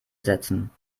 setzen